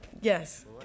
Yes